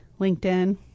LinkedIn